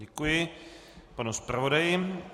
Děkuji panu zpravodaji.